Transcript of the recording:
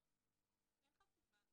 לא, אין חפיפה.